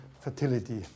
fertility